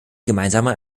gemeinsame